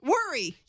Worry